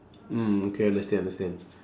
mm okay understand understand